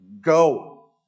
go